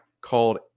called